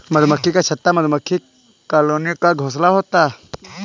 मधुमक्खी का छत्ता मधुमक्खी कॉलोनी का घोंसला होता है